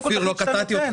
קודם כל תחליט שאתה נותן,